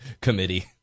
Committee